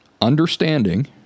understanding